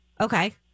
Okay